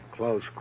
Close